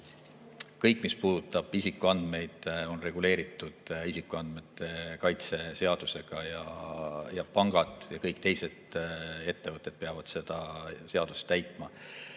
Kõik, mis puudutab isikuandmeid, on reguleeritud isikuandmete kaitse seadusega. Pangad ja kõik teised ettevõtted peavad seda seadust täitma. Mis